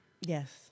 Yes